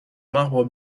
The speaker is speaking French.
marbre